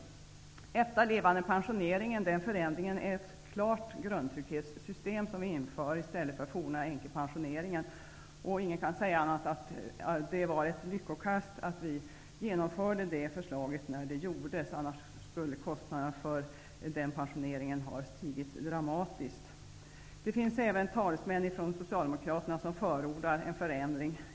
Förändringen av efterlevandepensioneringen innebär att vi inför ett klart grundtrygghetssystem i stället för den tidigare änkepensionen. Ingen kan säga annat än att det var ett lyckokast att vi genomförde den förändringen när det skedde. Annars skulle kostnaderna för den pensionen ha stigit dramatiskt. Det finns även talesmän från Socialdemokraterna som förordar en förändring.